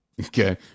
Okay